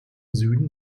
süden